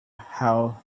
how